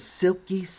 silky